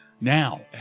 now